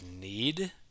need